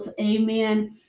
amen